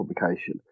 publication